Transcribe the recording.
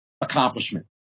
accomplishment